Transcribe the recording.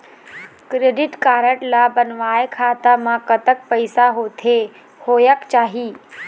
Credit card ला बनवाए खाता मा कतक पैसा होथे होएक चाही?